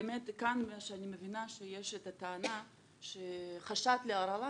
באמת כאן מה שאני מבינה זה שיש את הטענה של חשד להרעלה.